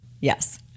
Yes